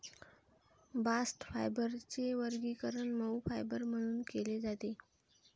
bast फायबरचे वर्गीकरण मऊ फायबर म्हणून केले जाते